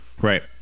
Right